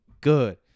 good